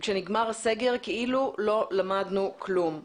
וכשנגמר הסגר כאילו לא למדנו כלום,